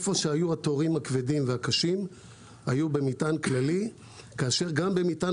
התורים הכבדים והקשים היו במטען כללי וגם במטען